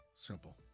Simple